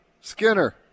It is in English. Skinner